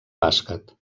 bàsquet